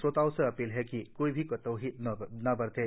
श्रोताओं से अपील है कि कोई भी कोताही न बरतें